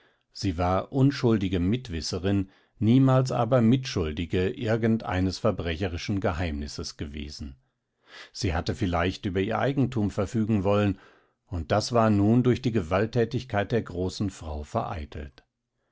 sie war unschuldige mitwisserin niemals aber mitschuldige irgend eines verbrecherischen geheimnisses gewesen sie hatte vielleicht über ihr eigentum verfügen wollen und das war nun durch die gewaltthätigkeit der großen frau vereitelt